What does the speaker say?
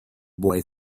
boy